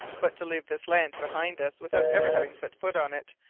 but, to leave this land behind us without ever having set foot on it,